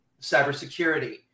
cybersecurity